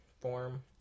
form